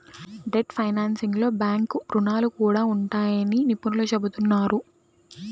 debt ఫైనాన్సింగ్లో bank రుణాలు కూడా ఉంటాయని నిపుణులు చెబుతున్నారు